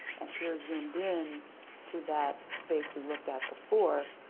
and here zoomed in to that space we looked at before